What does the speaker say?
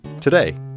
Today